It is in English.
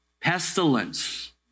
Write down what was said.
pestilence